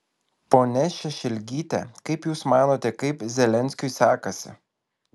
ponia šešelgyte kaip jūs manote kaip zelenskiui sekasi